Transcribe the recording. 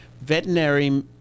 veterinary